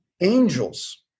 angels